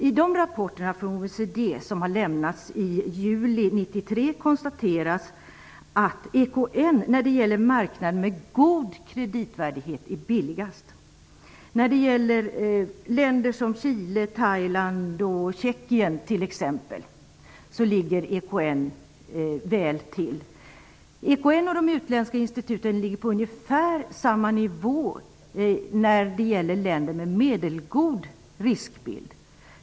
I de rapporter som OECD lämnade i juli 1993 konstaterades att EKN är billigast när det gäller marknader med god kreditvärdighet. I fråga om länder såsom t.ex. Chile, Thailand och Tjekien ligger EKN väl till. EKN och de utländska instituten ligger på ungefär samma nivå beträffande länder med medelgod riskbild.